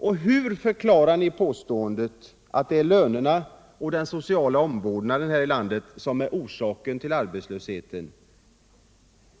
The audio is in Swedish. Och hur förklarar ni påståendet att det är lönerna och den sociala omvårdnaden här i landet som är orsak till arbetslösheten